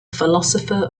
philosopher